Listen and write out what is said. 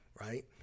Right